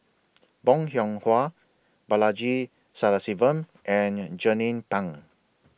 Bong Hiong Hwa Balaji Sadasivan and Jernnine Pang